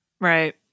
Right